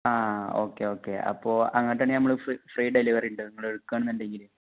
ആ okay okay അപ്പോൾ അങ്ങോട്ട് വേണമെങ്കിൽ നമ്മൾ ഫ്രീ ഡെലിവറി ഉണ്ട് നിങ്ങൾ എടുക്കുകയാണെന്നുണ്ടെങ്കിൽ